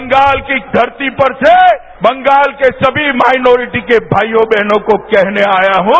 बंगाल की धरती पर से बंगाल के सभी माइनोटरी के भाईयों बहनों को कहने आया हूं